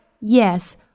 Yes